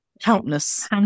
countless